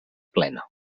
plena